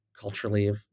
culturally